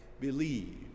believe